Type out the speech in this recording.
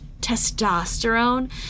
testosterone